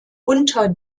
unter